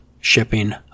shipping